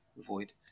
avoid